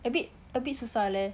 a bit a bit susah leh